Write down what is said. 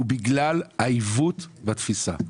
אלא הוא בגלל העיוות בתפיסה.